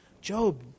Job